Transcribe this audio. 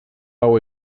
hau